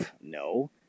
No